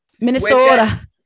Minnesota